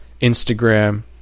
Instagram